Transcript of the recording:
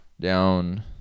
down